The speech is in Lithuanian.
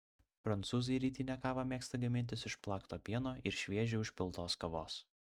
prancūzai rytinę kavą mėgsta gamintis iš plakto pieno ir šviežiai užpiltos kavos